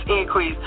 increase